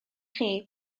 chi